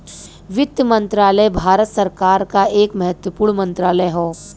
वित्त मंत्रालय भारत सरकार क एक महत्वपूर्ण मंत्रालय हौ